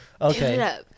Okay